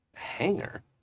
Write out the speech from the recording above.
Hanger